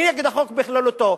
אני נגד החוק בכללותו,